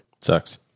Sucks